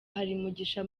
mugisha